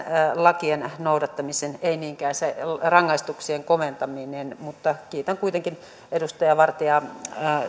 lakien noudattamisen ei niinkään se rangaistuksien koventaminen kiitän kuitenkin edustaja vartiaa